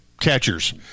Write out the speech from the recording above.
catchers